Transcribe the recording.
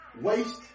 Waste